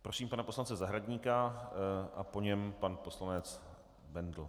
Prosím pana poslance Zahradníka a po něm vystoupí pan poslanec Bendl.